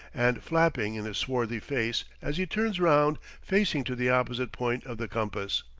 and flapping in his swarthy face as he turns round facing to the opposite point of the compass.